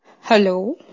hello